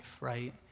right